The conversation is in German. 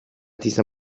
dieser